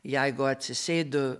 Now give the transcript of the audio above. jeigu atsisėdu